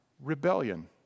rebellion